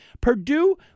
Purdue